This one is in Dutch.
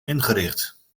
ingericht